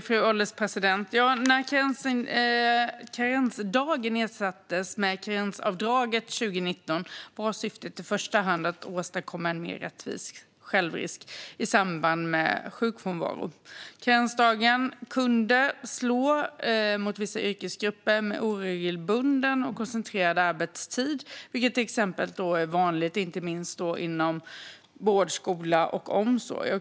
Fru ålderspresident! När karensdagen ersattes med karensavdraget 2019 var syftet i första hand att åstadkomma en mer rättvis självrisk i samband med sjukfrånvaro. Karensdagen kunde slå mot vissa yrkesgrupper med oregelbunden och koncentrerad arbetstid, vilket till exempel är vanligt inte minst inom vård, skola och omsorg.